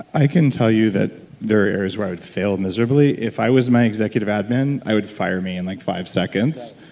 i can tell you that there are areas where i would fail miserable. yeah if i was my executive admin, i would fire me in like five seconds.